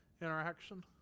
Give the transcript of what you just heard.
interaction